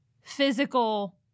physical